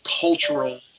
cultural